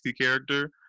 character